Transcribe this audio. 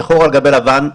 שחור על גבי לבן,